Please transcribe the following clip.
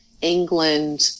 England